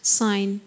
sign